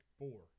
four